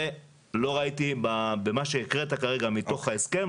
זה לא ראיתי מה שהקראת כרגע מתוך ההסכם,